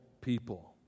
people